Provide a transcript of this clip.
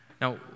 Now